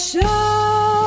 Show